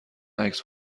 عکس